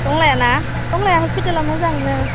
टंलाया ना टंलाया हस्पिटाला मोजाङानो